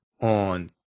on